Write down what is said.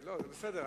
לא, זה בסדר.